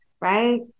right